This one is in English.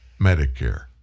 Medicare